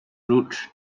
route